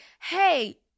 hey